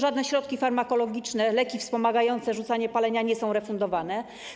Żadne środki farmakologiczne, leki wspomagające rzucanie palenia nie są refundowane.